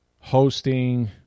hosting –